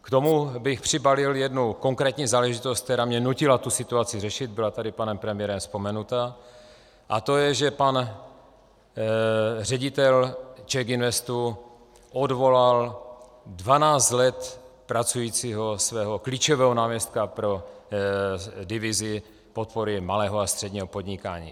K tomu bych přibalil jednu konkrétní záležitost, která mě nutila tu situaci řešit, byla tady panem premiérem vzpomenuta, a to je, že pan ředitel CzechInvestu odvolal svého dvanáct let pracujícího klíčového náměstka pro divizi podpory malého a středního podnikání.